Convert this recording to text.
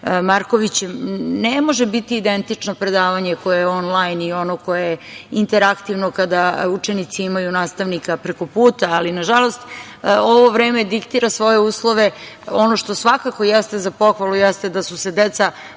Markovićem, ne može biti identično predavanje koje je onlajn i ono koje je interaktivno, kada učenici imaju nastavnika prekoputa, ali nažalost, ovo vreme diktira svoje uslove. Ono što svakako jeste za pohvalu jeste da su se deca